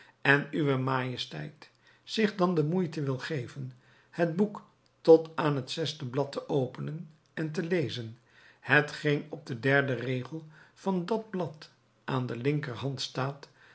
en uwe majesteit zich dan de moeite wil geven het boek tot aan het zesde blad te openen en te lezen hetgeen op den derden regel van dat blad aan de linkerhand staat